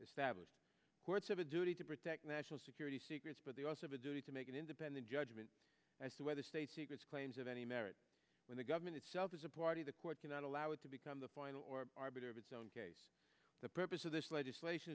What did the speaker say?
established courts have a duty to protect national security secrets but they also have a duty to make an independent judgment as to whether state secrets claims of any merit when the government itself is a party the court cannot allow it to become the final or arbiter of its own case the purpose of this legislation